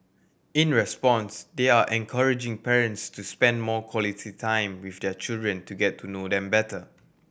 in response they are encouraging parents to spend more quality time with their children to get to know them better